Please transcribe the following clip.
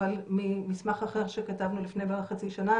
אבל ממסמך אחר שכתבנו לפני בערך חצי שנה,